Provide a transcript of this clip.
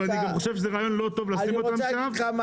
ואני חושב שלא טוב לשים אותן שם.